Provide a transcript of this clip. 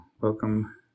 Welcome